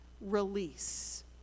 release